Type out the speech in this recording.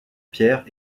pierre